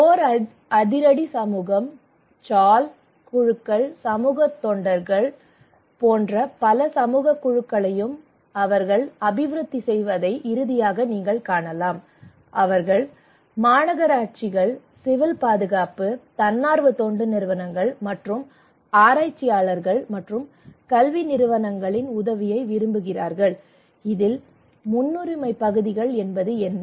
core அதிரடி சமூகம் சாவல் குழுக்கள் சமூக தொண்டர்கள் போன்ற பல சமூகக் குழுக்களையும் அவர்கள் அபிவிருத்தி செய்வதை இறுதியாக நீங்கள் காணலாம் அவர்கள் மாநகராட்சிகள் சிவில் பாதுகாப்பு தன்னார்வ தொண்டு நிறுவனங்கள் மற்றும் ஆராய்ச்சியாளர்கள் மற்றும் கல்வி நிறுவனங்களின் உதவியை விரும்புகிறார்கள் இதில் முன்னுரிமை பகுதிகள் என்பது என்ன